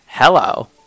Hello